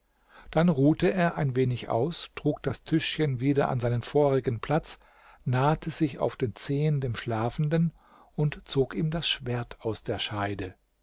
dann ruhte er ein wenig aus trug das tischchen wieder an seinen vorigen platz nahte sich auf den zehen dem schlafenden und zog ihm das schwert aus der scheide